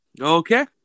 Okay